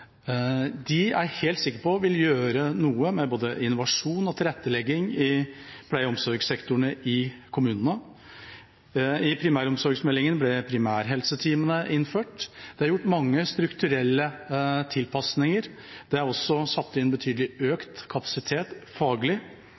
er jeg helt sikker på vil gjøre noe med både innovasjon og tilrettelegging i pleie- og omsorgsektoren i kommunene. I primæromsorgsmeldingen ble primærhelseteamene innført. Det er gjort mange strukturelle tilpasninger. Det er også satt inn betydelig økt faglig kapasitet,